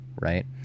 right